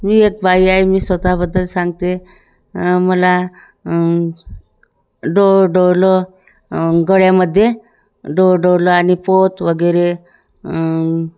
मी एक बाई आहे मी स्वतःबद्दल सांगते मला डो डोरलं गळ्यामध्ये डो डोरलं आणि पोत वगैरे